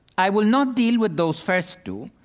i will not deal with those first two,